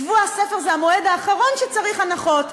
שבוע הספר הוא הזמן האחרון שצריך הנחות.